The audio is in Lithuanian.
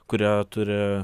kurie turi